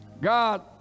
God